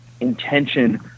intention